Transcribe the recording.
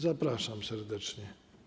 Zapraszam serdecznie.